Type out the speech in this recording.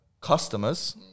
customers